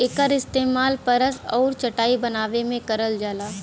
एकर इस्तेमाल बरस आउर चटाई बनाए में करल जाला